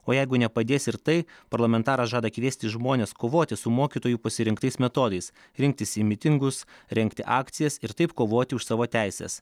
o jeigu nepadės ir tai parlamentaras žada kviesti žmones kovoti su mokytojų pasirinktais metodais rinktis į mitingus rengti akcijas ir taip kovoti už savo teises